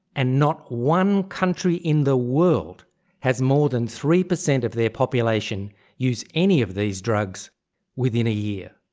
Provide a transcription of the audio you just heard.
and not one country in the world has more than three percent of their population use any of these drugs within a year.